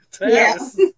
Yes